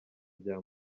bya